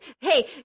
Hey